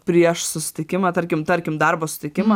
prieš susitikimą tarkim tarkim darbo susitikimą